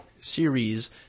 series